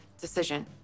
decision